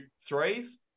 threes